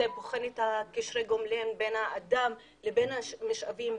זה בוחן את קשרי הגומלין בין האדם לבין המשאבים,